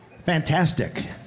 Fantastic